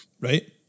Right